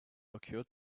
occurred